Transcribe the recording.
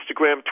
instagram